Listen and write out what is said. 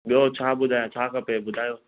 ॿियो छा ॿुधायांव छा खपे ॿुधायो